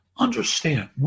Understand